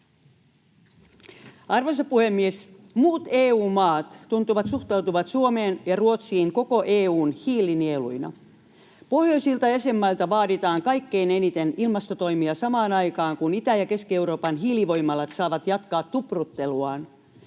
Arvoisa puhemies! Muut EU-maat tuntuvat suhtautuvan Suomeen ja Ruotsiin koko EU:n hiilinieluina. Pohjoisilta jäsenmailta vaaditaan kaikkein eniten ilmastotoimia samaan aikaan, kun Itä- ja Keski-Euroopan hiilivoimalat saavat jatkaa tuprutteluaan.